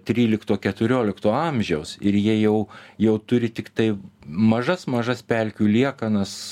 trylikto keturiolikto amžiaus ir jie jau jau turi tiktai mažas mažas pelkių liekanas